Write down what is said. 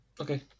Okay